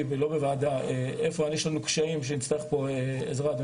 ולא בוועדה איפה יש לנו קשיים שנצטרך בהם עזרה.